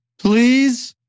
Please